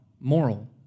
moral